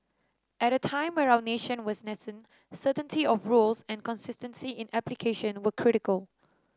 at a time where our nation was nascent certainty of rules and consistency in application were critical